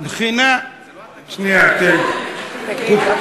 בחינה, זה לא, שנייה, תן לי.